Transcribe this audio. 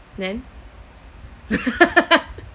then